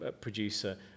producer